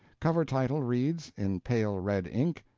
cover title reads, in pale red ink,